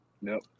Nope